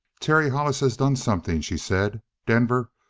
terry hollis has done something, she said. denver,